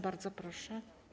Bardzo proszę.